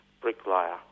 bricklayer